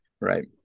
Right